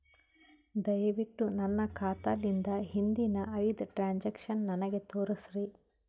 ದಯವಿಟ್ಟು ನನ್ನ ಖಾತಾಲಿಂದ ಹಿಂದಿನ ಐದ ಟ್ರಾಂಜಾಕ್ಷನ್ ನನಗ ತೋರಸ್ರಿ